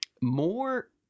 more